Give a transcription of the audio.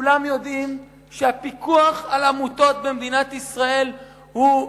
כולם יודעים שהפיקוח על עמותות במדינת ישראל הוא,